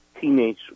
teenage